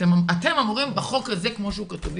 אתם אמורים לתמוך בחוק הזה, כמו שהוא כתוב,